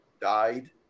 died